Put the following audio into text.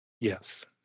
Yes